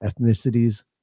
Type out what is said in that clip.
ethnicities